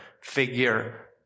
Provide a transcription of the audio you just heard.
figure